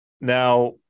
Now